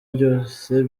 byose